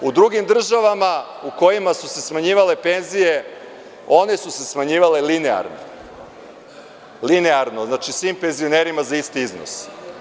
U drugim državama u kojima su se smanjivale penzije, smanjivale su se linearno, znači svimpenzionerima za isti iznos.